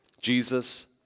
Jesus